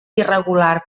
irregular